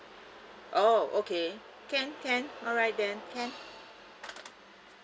oh okay can can alright then can